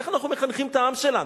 איך אנחנו מחנכים את העם שלנו?